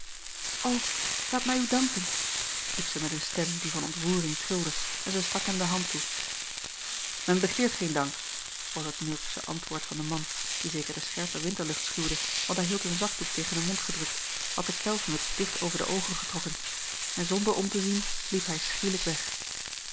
laat mij u danken riep zij met eene stem die van ontroering trilde en zij stak hem de hand toe men begeert geen dank was het nurksche antwoord van den man die zeker de scherpe winterlucht schuwde want hij hield een zakdoek tegen den mond gedrukt had de pelsmuts dicht over de oogen getrokken en zonder om te zien liep hij schielijk weg